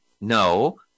No